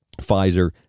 Pfizer